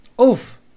oof